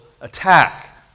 attack